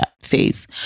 phase